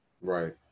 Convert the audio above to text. Right